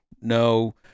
no